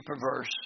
perverse